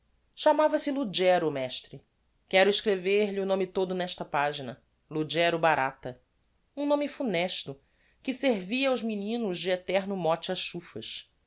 chamava-se ludgero o mestre quero escrever-lhe o nome todo nesta pagina ludgero barata um nome funesto que servia aos meninos de eterno mote a chufas